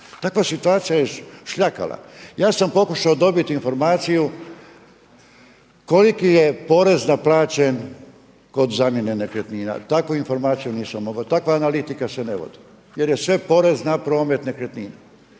Takva situacija je šljakala. Ja sam pokušao dobiti informaciju koliki je porez naplaćen kod zamjene nekretnina. Takvu informaciju nisam mogao, takva analitika se ne vodi. Jer je sve porez na promet nekretnina.